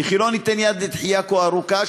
וכי לא ניתן יד לדחייה כה ארוכה,